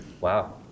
Wow